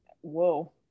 whoa